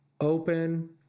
open